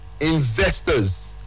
investors